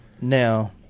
Now